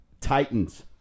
Titans